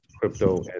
crypto